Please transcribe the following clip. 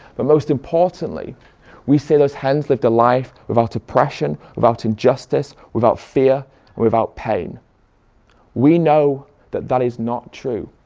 but most importantly we say those hens lived a life without oppression, without injustice, without fear and without pain we know that that is not true.